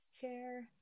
Chair